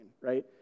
right